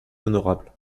honorable